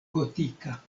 gotika